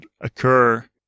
occur